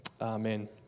Amen